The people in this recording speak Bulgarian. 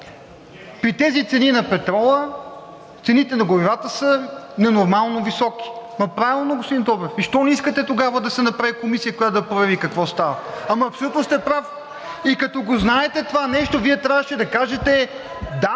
„При тези цени на петрола цените на горивата са ненормално високи.“ Ами правилно, господин Добрев. Защо не искате тогава да се направи комисия, която да провери какво става? (Шум и реплики от ГЕРБ-СДС.) Ама абсолютно сте прав. И като го знаете това нещо, Вие трябваше да кажете: „Да,